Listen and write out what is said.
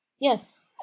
yes